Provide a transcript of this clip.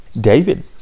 David